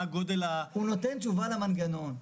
מה גודל --- הוא נותן תשובה למנגנון.